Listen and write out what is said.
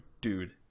dude